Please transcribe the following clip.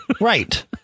Right